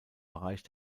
bereich